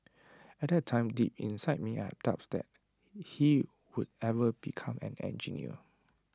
at that time deep inside me I had doubts that he would ever become an engineer